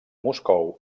moscou